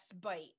bite